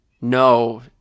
No